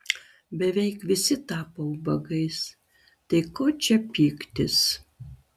beveik visi tapo ubagais tai ko čia pyktis